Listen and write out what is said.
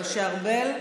משה ארבל,